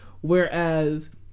whereas